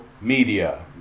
media